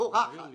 פורחת וצומחת.